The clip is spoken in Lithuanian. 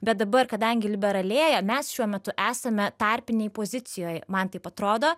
bet dabar kadangi liberalėja mes šiuo metu esame tarpinėj pozicijoj man taip atrodo